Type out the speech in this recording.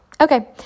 Okay